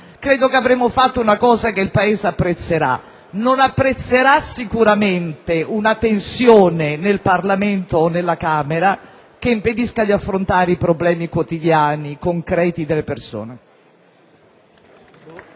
credo che avremo fatto qualcosa che il Paese potrà apprezzare. Non apprezzerà sicuramente una tensione nel Parlamento o in una Camera che impedisca di affrontare i problemi quotidiani e concreti delle persone.